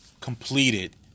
completed